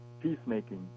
peacemaking